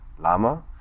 Lama